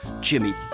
Jimmy